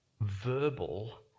verbal